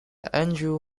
andrew